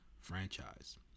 franchise